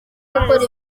gukora